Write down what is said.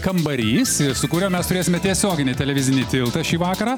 kambarys su kuriuo mes turėsime tiesioginį televizinį tiltą šį vakarą